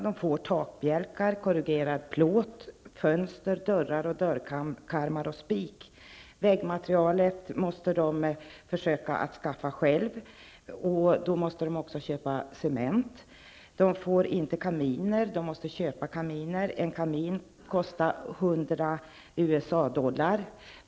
De får takbjälkar, korrugerad plåt, fönster, dörrar, dörrkarmar och spik. Väggmaterialet måste de försöka att skaffa själva, och då måste de också köpa cement. De får inte kaminer utan måste köpa sådana. En kamin kostar 100 USA-dollar.